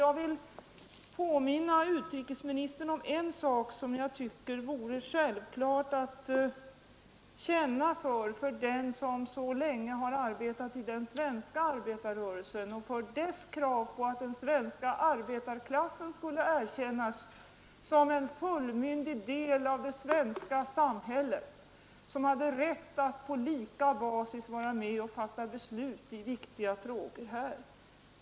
Jag vill också påminna utrikesministern om en sak som jag tycker vore självklar att känna för för den som så länge har arbetat i den svenska arbetarrörelsen och för dess krav på att den svenska arbetarklassen skulle erkännas som en fullmyndig del av det svenska samhället med rätt att på lika basis vara med och fatta beslut i viktiga frågor.